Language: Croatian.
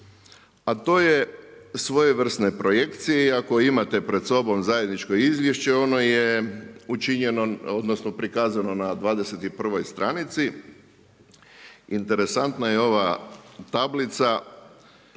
a to je svojevrsnoj projekciji. Ako imate pred sobom zajedničko izvješće ono je učinjeno, odnosno prikazano na 21. stranici. Interesantna je ova tablica